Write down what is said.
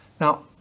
Now